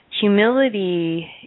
humility